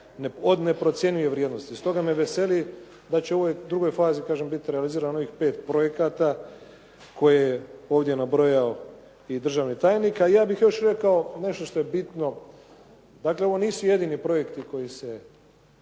od neprocjenjive vrijednosti. Stoga me veseli da će u ovoj drugoj fazi, kažem biti realizirano novih 5 projekata koje je ovdje nabrojao i državni tajnik, a ja bih još rekao nešto što je bitno. Dakle, ovo nisu jedini projekti koji se